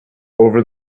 over